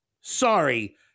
Sorry